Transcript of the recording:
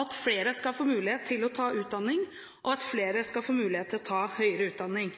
at flere skal få mulighet til å ta utdanning, og at flere skal få mulighet til å ta høyere utdanning.